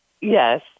Yes